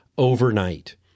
overnight